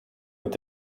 mit